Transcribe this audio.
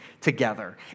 together